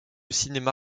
cinéma